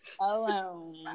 alone